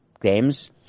games